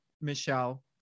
Michelle